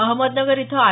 अहमदनगर इथे आर